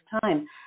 time